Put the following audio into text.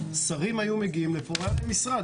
שרים היו מגיעים לפה והיה להם משרד.